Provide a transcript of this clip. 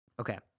Okay